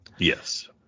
Yes